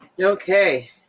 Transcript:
okay